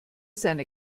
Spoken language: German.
seine